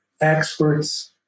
experts